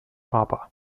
papa